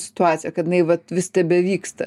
situacija kad jinai vat vis tebevyksta